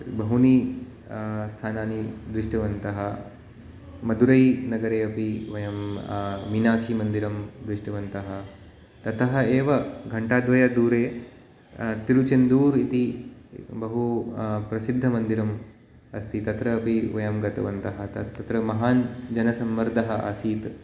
बहूनि स्थानानि दृष्टवन्तः मधुरै नगरे अपि वयं मीनाक्षीमन्दिरम् दृष्टवन्तः ततः एव घण्टाद्वयदूरे तिरुचेन्दूर् इति बहु प्रसिद्धमन्दिरम् अस्ति तत्र अपि वयं गतवन्तः तत् तत्र महान् जनसम्मर्दः आसीत्